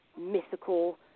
mythical